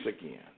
again